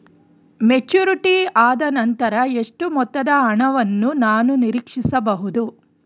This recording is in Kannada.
ಮೆಚುರಿಟಿ ಆದನಂತರ ಎಷ್ಟು ಮೊತ್ತದ ಹಣವನ್ನು ನಾನು ನೀರೀಕ್ಷಿಸ ಬಹುದು?